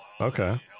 Okay